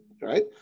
right